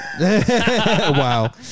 Wow